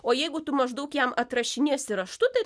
o jeigu tu maždaug jam atrašinėsi raštu tai